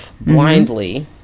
blindly